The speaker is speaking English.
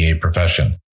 profession